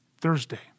Thursday